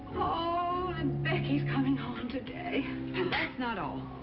ohh. and becky's coming home today. and that's not all.